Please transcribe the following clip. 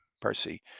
Percy